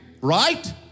right